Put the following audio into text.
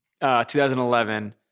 2011